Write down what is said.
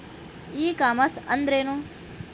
E commerce ಅಂದ್ರೇನು?